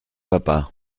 papa